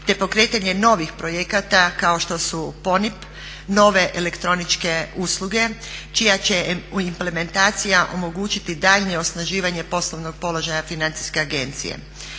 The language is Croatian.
te pokretanje novih projekata kao što su PONIP, nove elektroničke usluge čija će implementacija omogućiti daljnje osnaživanje poslovnog položaja Financijske Agencije.